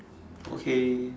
okay